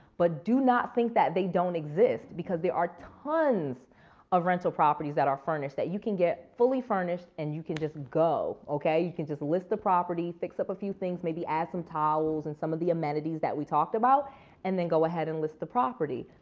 but do not think that they don't exist. because there are tons of rental properties that are furnished that you can get fully furnished and you can just go. okay? you can just list the property, fix up a few things. maybe ask some towels and some of the amenities that we talked about and then go ahead and list the property.